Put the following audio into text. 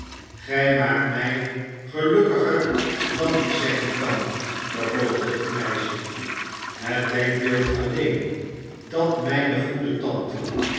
gij maakt mij gelukkiger dan ik zeggen kan vervolgde het meisje het denkbeeld alleen dat mijne goede tante